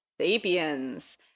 Sapiens